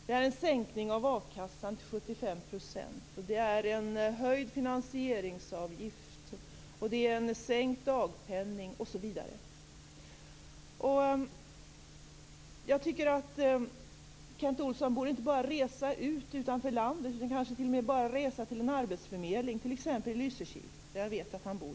Det handlar om en sänkning av a-kassan till 75 %, en höjd finansieringsavgift, en sänkt dagpenning, osv. Kent Olsson borde inte bara resa ut utanför landet, utan han borde också resa till en arbetsförmedling, t.ex. i Lysekil, där jag vet att han bor.